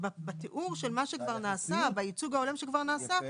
כלומר, בתיאור של הייצוג ההולם שכבר נעשה,